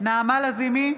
נעמה לזימי,